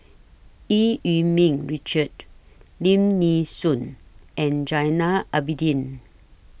EU Yee Ming Richard Lim Nee Soon and Zainal Abidin